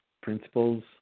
principles